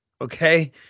Okay